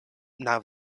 now